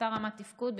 לאותה רמת תפקוד,